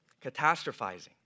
Catastrophizing